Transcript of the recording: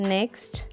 Next